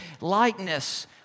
likeness